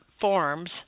forms